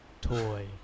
Toy